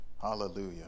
Hallelujah